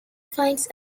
finds